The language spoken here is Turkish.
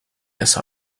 yasa